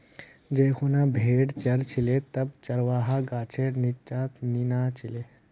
जै खूना भेड़ च र छिले तब चरवाहा गाछेर नीच्चा नीना छिले